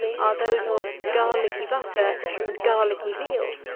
are those of garlicky butter and garlicky veal,